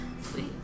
sweet